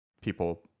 people